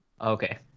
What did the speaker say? Okay